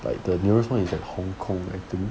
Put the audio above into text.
but the nearest point is at hong kong actually